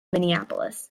minneapolis